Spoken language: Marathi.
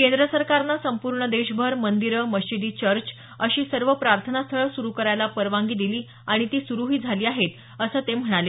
केंद्र सरकारनं संपूर्ण देशभर मंदिरं मशिदी चर्च अशी सर्व प्रार्थनास्थळं सुरु करायला परवानगी दिली आणि ती सुरूही झाली आहेत असं ते म्हणाले